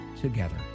together